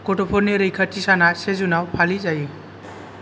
गथ'फोरनि रैखाथि साना से जुन आव फालिजायो